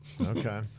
Okay